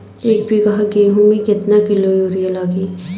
एक बीगहा गेहूं में केतना किलो युरिया लागी?